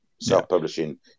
self-publishing